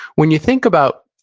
when you think about,